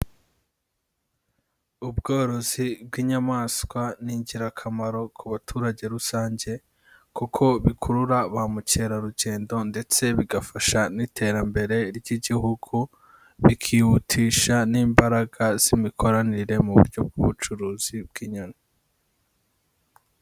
Ubworozi bw'inyamaswa ni ingirakamaro ku baturage rusange, kuko bikurura ba mukerarugendo ndetse bigafasha n'iterambere ry'igihugu, bikihutisha n'imbaraga z'imikoranire mu buryo bw'ubucuruzi bw'inyoni.